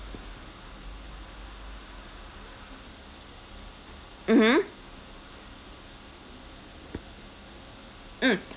mmhmm mm